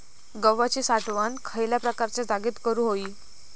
गव्हाची साठवण खयल्या प्रकारच्या जागेत करू होई?